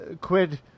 quid